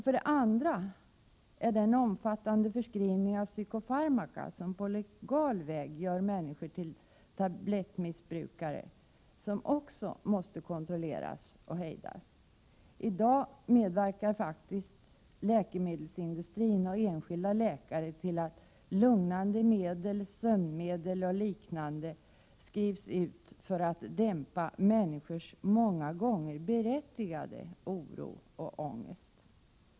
För det andra måste också den omfattande förskrivningen av psykofarmaka, som på legal väg gör människor till tablettmissbrukare, kontrolleras och hejdas. I dag medverkar läkemedelsindustrin och enskilda läkare till att lugnande medel, sömnmedel och liknande skrivs ut för att dämpa människors många gånger berättigade oro och ångest.